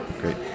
Great